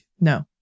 No